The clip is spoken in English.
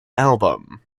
album